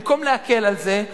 במקום להקל על זה,